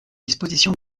dispositions